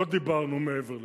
לא דיברנו מעבר לזה.